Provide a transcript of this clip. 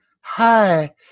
Hi